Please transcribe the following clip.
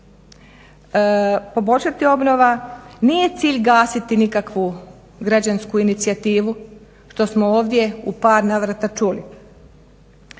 poboljšati obnova. Nije cilj gasiti nikakvu građansku inicijativu što smo ovdje u par navrata čuli.